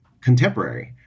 contemporary